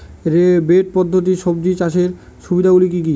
Bed পদ্ধতিতে সবজি চাষের সুবিধাগুলি কি কি?